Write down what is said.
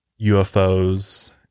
UFOs